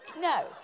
No